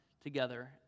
together